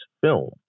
film